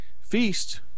Feast